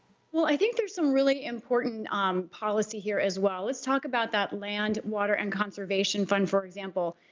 well, i think there is some really important um policy here as well. let's talk about that land, water and conservation fund, for example.